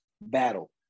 battle